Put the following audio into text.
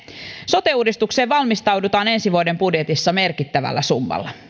sote uudistukseen valmistaudutaan ensi vuoden budjetissa merkittävällä summalla